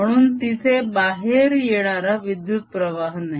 म्हणून तिथे बाहेर येणारा विद्युत प्रवाह नाही